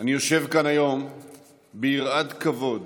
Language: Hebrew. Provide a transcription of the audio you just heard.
אני יושב כאן היום ביראת כבוד